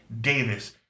Davis